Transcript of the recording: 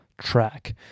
track